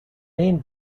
name